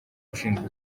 ushinzwe